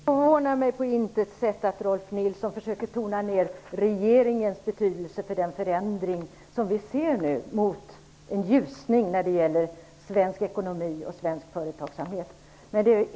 Herr talman! Det förvånar mig på intet sätt att Rolf L Nilson fösöker tona ner regeringens betydelse för den förändring som vi nu ser mot en ljusning i svensk ekonomi och svensk företagsamhet.